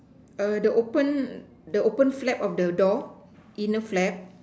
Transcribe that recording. err the open the open flap of the door inner flap